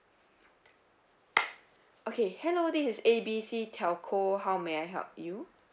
okay hello this is A B C telco how may I help you